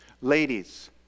Ladies